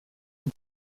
une